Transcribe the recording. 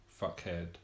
fuckhead